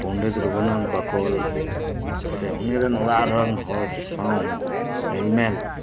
ᱯᱚᱱᱰᱤᱛ ᱨᱩᱜᱷᱩᱱᱟᱛᱷ ᱵᱟᱠᱷᱳᱞ ᱥᱮ ᱩᱱᱤ ᱨᱮᱱ ᱚᱲᱟᱜ ᱨᱮᱱ ᱦᱚᱲ ᱥᱟᱶ ᱦᱚᱸ ᱦᱮᱞᱢᱮᱞ